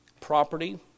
property